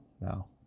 now